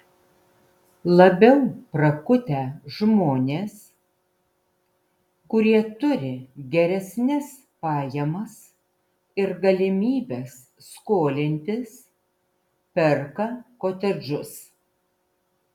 labiau prakutę žmonės kurie turi geresnes pajamas ir galimybes skolintis perka kotedžus